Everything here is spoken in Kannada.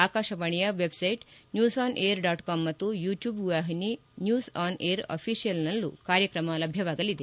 ಆಕಾಶವಾಣಿಯ website news on air dot com ಮತ್ತು ಯೂಟ್ಯೂಬ್ ವಾಹಿನಿ ನ್ಯೂಸ್ ಆನ್ ಏರ್ ಅಫೀಷಿಯಲ್ನಲ್ಲೂ ಕಾರ್ಯಕ್ರಮ ಲಭ್ಯವಾಗಲಿದೆ